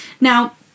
Now